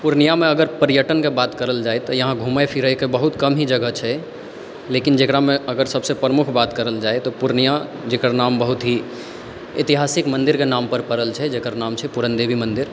पूर्णियामे अगर पर्यटनके बात करल जाए तऽ यहाँ घुमै फिरैके बहुत कम ही जगह छै लेकिन जकरामे अगर सबसँ प्रमुख बात करल जाए तऽ पूर्णिया जकर नाम बहुत ही ऐतिहासिक मन्दिरके नामपर पड़ल छै जकर नाम छै पूरणदेवी मन्दिर